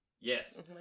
Yes